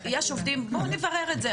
בואו נברר את זה,